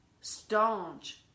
staunch